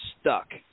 stuck